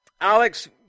Alex